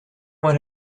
would